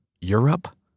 Europe